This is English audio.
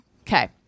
Okay